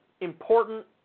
important